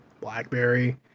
blackberry